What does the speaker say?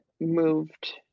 moved